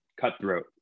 cutthroat